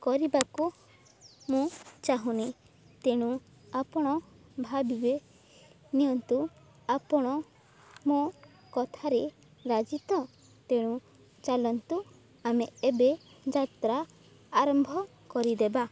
କରିବାକୁ ମୁଁ ଚାହୁଁନି ତେଣୁ ଆପଣ ଭାବିବେ ନିଅନ୍ତୁ ଆପଣ ମୋ କଥାରେ ରାଜି ତ ତେଣୁ ଚାଲନ୍ତୁ ଆମେ ଏବେ ଯାତ୍ରା ଆରମ୍ଭ କରିଦେବା